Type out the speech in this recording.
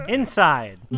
Inside